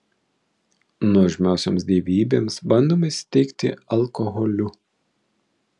nuožmiosioms dievybėms bandoma įsiteikti alkoholiu